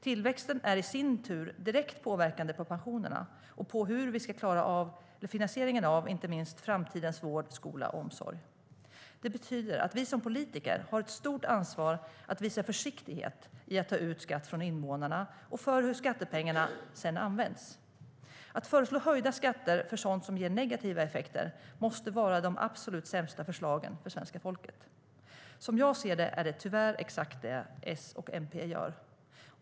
Tillväxten är i sin tur direkt påverkande på pensionerna och på hur vi ska klara av finansieringen av inte minst framtidens vård, skola och omsorg. Det betyder att vi som politiker har ett stort ansvar att visa försiktighet i att ta ut skatt från invånarna och för hur skattepengarna sedan används. Att föreslå höjda skatter för sådant som ger negativa effekter måste vara de absolut sämsta förslagen för svenska folket. Som jag ser det är det tyvärr exakt vad S och MP gör.